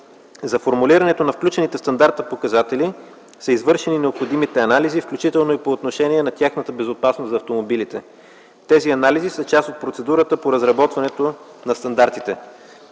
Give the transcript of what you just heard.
За формулирането на включените в стандарта показатели са извършени необходимите анализи, включително и по отношение на тяхната безопасност за автомобилите. Тези анализи са част от процедурата по разработването на стандартите.